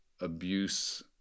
abuse